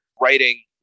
writing